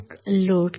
load करा